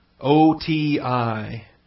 O-T-I